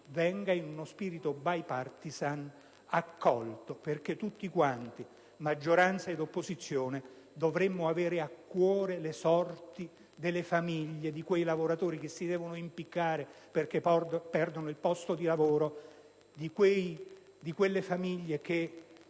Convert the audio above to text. in uno spirito *bipartisan,* perché tutti, maggioranza ed opposizione, dovremmo avere a cuore le sorti delle famiglie, di quei lavoratori che si debbono impiccare perché perdono il posto di lavoro, di quelle persone cui